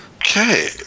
Okay